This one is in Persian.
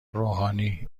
روحانی